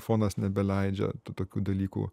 fonas nebeleidžia tų tokių dalykų